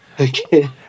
okay